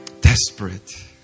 desperate